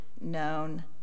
known